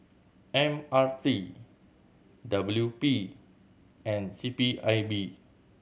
M R T W P and C P I B